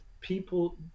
people